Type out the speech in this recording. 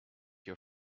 your